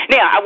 Now